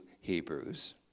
Hebrews